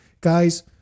guys